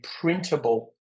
printable